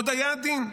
עוד היה עדין.